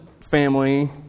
family